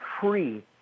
free